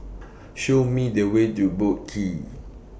Show Me The Way to Boat Qee